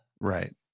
Right